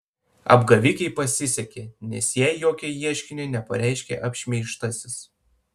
apgavikei pasisekė nes jai jokio ieškinio nepareiškė apšmeižtasis